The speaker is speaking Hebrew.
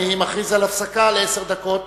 אני מכריז על הפסקה לעשר דקות,